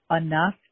enough